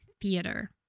Theater